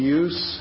use